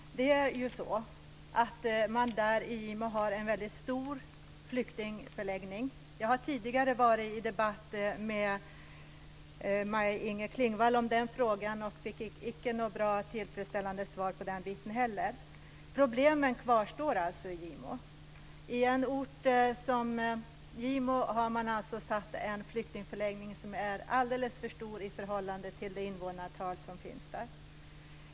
Det är ju så att man där i Gimo har en väldigt stor flyktingförläggning. Jag har tidigare varit i debatt med Maj-Inger Klingvall om den frågan och fick icke något tillfredsställande svar på detta heller. Problemen kvarstår alltså i Gimo. I en ort som Gimo har man alltså satt en flyktingförläggning som är alldeles för stor i förhållande till det invånarantal som finns där.